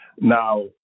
Now